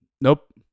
Nope